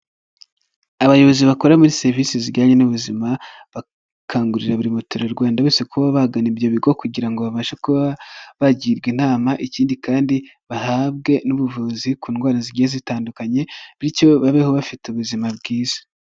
Abayobozi bakora muri serivisi zijyanye n'ubuzima, bakangurira buri muturarwanda wese kuba bagana ibyo bigo, kugira ngo babashe kuba bagirwa inama, ikindi kandi bahabwe n'ubuvuzi ku ndwara zigiye zitandukanye, bityo babeho bafite ubuzima bwiza.